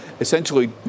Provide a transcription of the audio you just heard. essentially